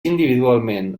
individualment